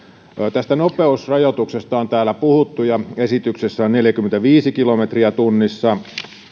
nopeusrajoituksesta on täällä puhuttu ja esityksessä se on neljäkymmentäviisi kilometriä tunnissa